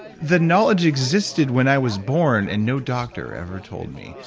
the knowledge existed when i was born and no doctor ever told me.